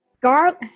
garlic